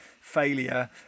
failure